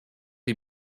die